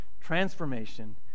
transformation